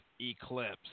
Eclipse